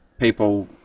people